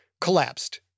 collapsed